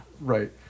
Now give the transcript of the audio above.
Right